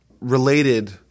related